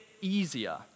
easier